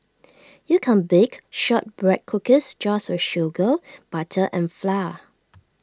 you can bake Shortbread Cookies just with sugar butter and flour